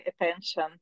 attention